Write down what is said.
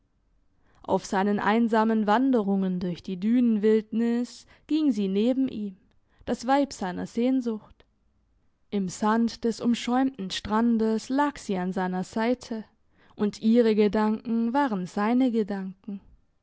auf seinen einsamen wanderungen durch die dünenwildnis ging sie neben ihm das weib seiner sehnsucht im sand des umschäumten strandes lag sie an seiner seite und ihre gedanken waren seine gedanken